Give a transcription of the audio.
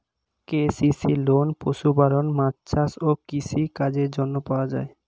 KCC loan পশুপালন, মাছ চাষ এবং কৃষি কাজের জন্য পাওয়া যায়